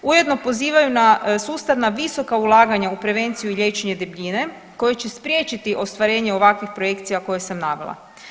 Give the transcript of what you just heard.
Ujedno pozivaju na sustav na visoka ulaganja u prevenciju i liječenje debljine koji će spriječiti ostvarenje ovakvih projekcija koje sam navela.